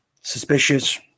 suspicious